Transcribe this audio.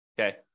Okay